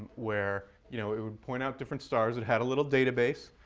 where you know it would point out different stars. it had a little database.